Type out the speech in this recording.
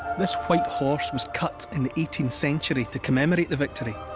this white horse was cut in the eighteenth century to commemorate the victory.